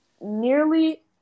nearly